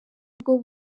bwo